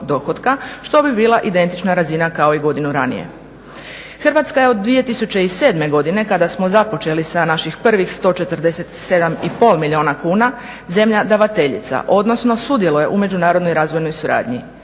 što bi bila identična razina kao i godinu ranije. Hrvatska je od 2007. godine kada smo započeli sa naših prvih 147 i pol milijuna kuna zemlja davateljica, odnosno sudjeluje u međunarodnoj razvojnoj suradnji.